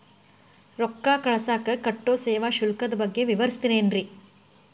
ರೊಕ್ಕ ಕಳಸಾಕ್ ಕಟ್ಟೋ ಸೇವಾ ಶುಲ್ಕದ ಬಗ್ಗೆ ವಿವರಿಸ್ತಿರೇನ್ರಿ?